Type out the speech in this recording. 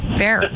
fair